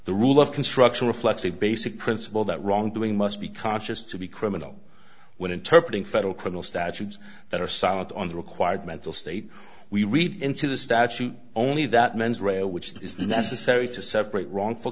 the rule of construction reflects a basic principle that wrongdoing must be conscious to be criminal when interpret in federal criminal statutes that are silent on the required mental state we read into the statute only that mens rea which is necessary to separate wrongful